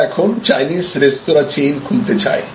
তারা এখন Chinese restaurant chain খুলতে চায়